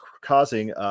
causing